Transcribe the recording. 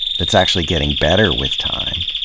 that's actually getting better with time,